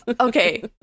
okay